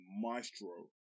maestro